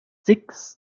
six